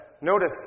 notice